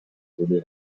tuli